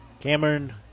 Cameron